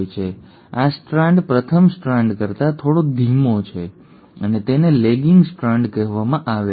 તેથી આ સ્ટ્રાન્ડ પ્રથમ સ્ટ્રાન્ડ કરતા થોડો ધીમો છે અને તેને લેગિંગ સ્ટ્રાન્ડ કહેવામાં આવે છે